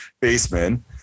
baseman